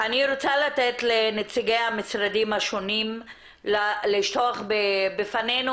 לתת לנציגי המשרדים השונים לשטוח בפנינו